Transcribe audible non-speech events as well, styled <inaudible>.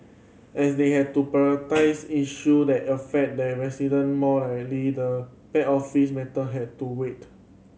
as they had to <unintelligible> issue that affected their resident more <unintelligible> the back office matter had to wait